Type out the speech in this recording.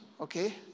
okay